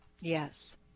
yes